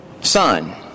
son